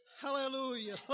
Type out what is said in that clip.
Hallelujah